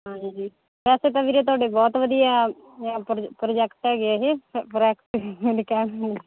ਹਾਂਜੀ ਵੈਸੇ ਤਾਂ ਵੀਰੇ ਤੁਹਾਡੇ ਬਹੁਤ ਵਧੀਆ ਪ੍ਰੋ ਪ੍ਰੋਜੈਕਟ ਹੈਗੇ ਇਹ ਪ੍ਰੋ ਪ੍ਰੋਜੈਕਟ ਮੈਨੇ ਕਿਹਾ